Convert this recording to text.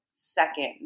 second